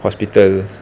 hospital